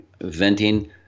venting